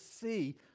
see